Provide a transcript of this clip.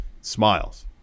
smiles